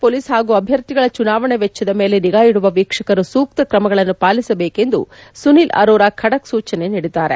police ಪಾಗೂ ಅಭ್ವರ್ಧಿಗಳ ಚುನಾವಣೆ ವೆಚ್ಚ ಮೇಲೆ ನಿಗಾ ಇಡುವ ವೀಕ್ಷಕರು ಸೂಕ್ತ ಕ್ರಮಗಳನ್ನು ಪಾಲಿಸಬೇಕು ಎಂದು ಸುನಿಲ್ ಅರೋರಾ ಖಡಕ್ ಸೂಚನೆ ನೀಡಿದಾರೆ